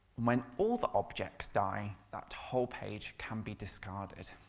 when all the objects die, that whole page can be discarded.